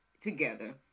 together